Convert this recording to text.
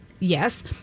Yes